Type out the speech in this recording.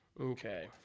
Okay